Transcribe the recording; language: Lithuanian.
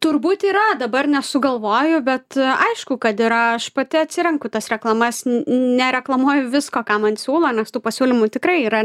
turbūt yra dabar nesugalvoju bet aišku kad yra aš pati atsirenku tas reklamas nereklamuoju visko ką man siūlo nes tų pasiūlymų tikrai yra